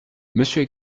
monsieur